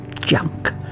junk